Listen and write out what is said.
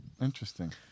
Interesting